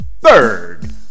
Third